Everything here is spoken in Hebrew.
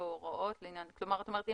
כאמור בסעיף קטן (א) תיכלל הפניה